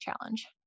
challenge